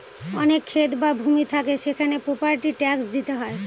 অনেক ক্ষেত বা ভূমি থাকে সেখানে প্রপার্টি ট্যাক্স দিতে হয়